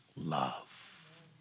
love